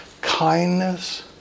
kindness